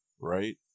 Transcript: Right